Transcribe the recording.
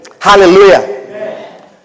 Hallelujah